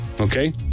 Okay